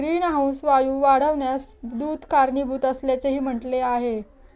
greenhouse वायू वाढण्यास दूध कारणीभूत असल्याचेही म्हटले आहे